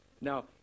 Now